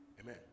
Amen